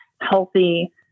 healthy